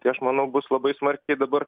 tai aš manau bus labai smarkiai dabar